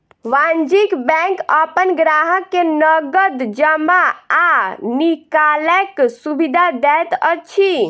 वाणिज्य बैंक अपन ग्राहक के नगद जमा आ निकालैक सुविधा दैत अछि